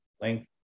length